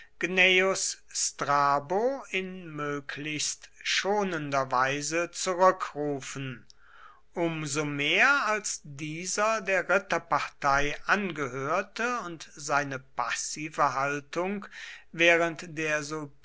in möglichst schonender weise zurückrufen um so mehr als dieser der ritterpartei angehörte und seine passive haltung während der